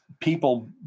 people